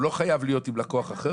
הוא לא חייב להיות עם לקוח אחר,